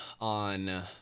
on